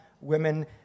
women